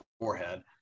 forehead